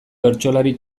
bertsolari